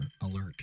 alert